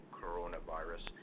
coronavirus